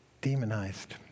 demonized